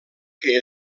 que